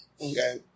Okay